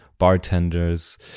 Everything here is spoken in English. Bartenders